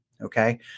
Okay